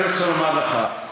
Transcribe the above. אני רוצה לומר לך,